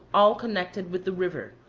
all connected with the river,